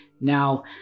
Now